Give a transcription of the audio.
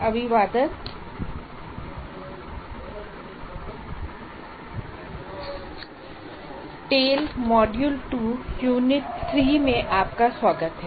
अभिवादन और टेल मॉड्यूल 2 यूनिट 3 में आपका स्वागत है